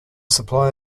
supply